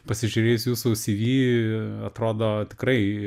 pasižiūrėjus jūsų si vi atrodo tikrai